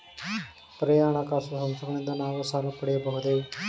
ಪರ್ಯಾಯ ಹಣಕಾಸು ಸಂಸ್ಥೆಗಳಿಂದ ನಾವು ಸಾಲ ಪಡೆಯಬಹುದೇ?